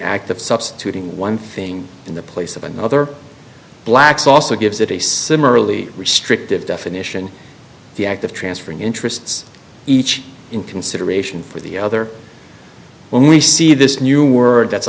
act of substituting one thing in the place of another blacks also gives it a similarly restrictive definition the act of transferring interests each in consideration for the other well we see this new word that's